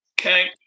Okay